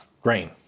grain